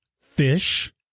fish